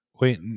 Wait